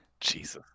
Jesus